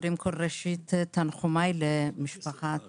ראשית, תנחומיי למשפחת